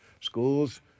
schools